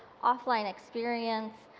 offline experience,